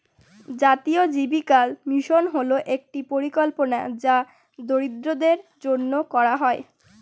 জাতীয় জীবিকা মিশন হল একটি পরিকল্পনা যা দরিদ্রদের জন্য করা হয়